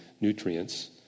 nutrients